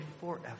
forever